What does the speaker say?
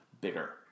bigger